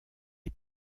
est